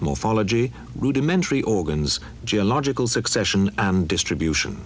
morphology rudimentary organs geological succession and distribution